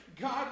God